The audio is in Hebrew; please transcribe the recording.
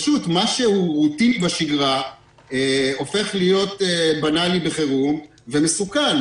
פשוט מה שהוא רוטיני בשגרה הופך להיות בנלי בחירום ומסוכן,